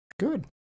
Good